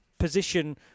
position